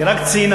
היא רק ציינה.